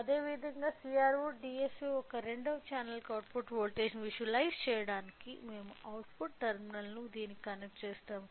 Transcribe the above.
అదేవిధంగా CRO DSO యొక్క రెండవ ఛానెల్కు అవుట్పుట్ వోల్టేజ్ను విజువలైజ్ చేయడానికి మేము అవుట్పుట్ టెర్మినల్ను దీనికి కనెక్ట్ చేసాము